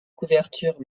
couverture